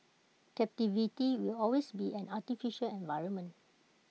captivity will always be an artificial environment